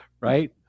right